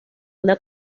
una